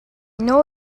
know